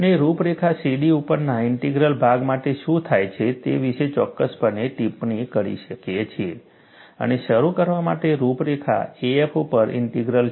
આપણે રૂપરેખા CD ઉપરના ઇન્ટિગ્રલ ભાગ માટે શું થાય છે તે વિશે ચોક્કસપણે ટિપ્પણી કરી શકીએ છીએ અને શરૂ કરવા માટે રૂપરેખા AF ઉપર ઇન્ટિગ્રલ છે